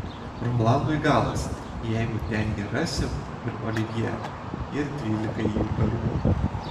rolandui galas jeigu ten jį rasiu ir olivjė ir dvylikai jų perų